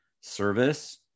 Service